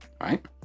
Right